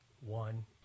One